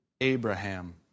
Abraham